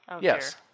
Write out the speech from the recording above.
yes